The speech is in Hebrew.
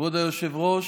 כבוד היושב-ראש,